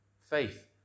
faith